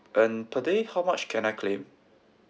and per day how much can I claim